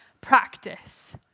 practice